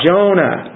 Jonah